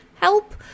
Help